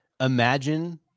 imagine